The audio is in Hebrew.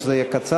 שזה יהיה קצר.